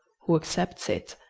who accepts it,